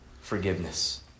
Forgiveness